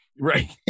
right